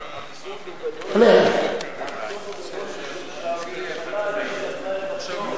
האבסורד הוא גדול משום שהממשלה היא שנתנה את הפטור.